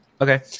Okay